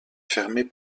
fermée